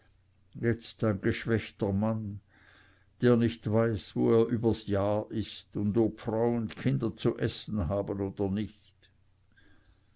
jetzt ein geschwächter mann der nicht weiß wo er übers jahr ist und ob frau und kinder zu essen haben oder nicht